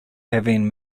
having